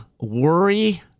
worry